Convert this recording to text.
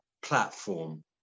platform